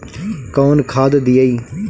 कौन खाद दियई?